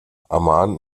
amman